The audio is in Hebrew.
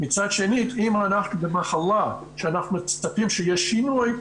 מצד שני אם אנחנו במחלה שאנחנו מצפים שיהיה שינוי,